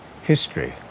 History